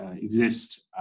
exist